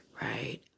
right